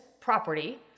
property